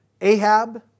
Ahab